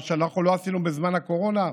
מה שאנחנו לא עשינו בזמן הקורונה.